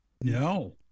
No